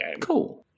cool